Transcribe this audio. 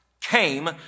came